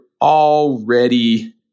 already